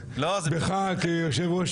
רגע, עכשיו הפואנטה.